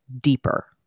deeper